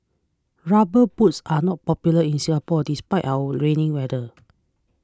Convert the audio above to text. rubber boots are not popular in Singapore despite our rainy weather